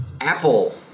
Apple